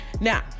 now